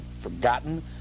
forgotten